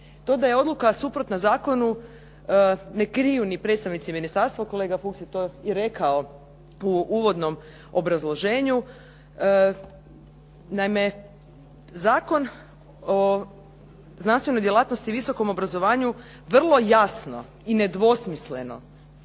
To da je odluka suprotna zakonu ne kriju ni predstavnici ministarstva, kolega Fuchs je to i rekao u uvodnom obrazloženju. Naime, Zakon o znanstvenoj djelatnosti i visokom obrazovanju vrlo jasno i nedvosmisleno